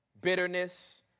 bitterness